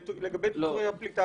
לגבי מוצרי הפליטה